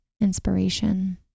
inspiration